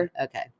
okay